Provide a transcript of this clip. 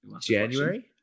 January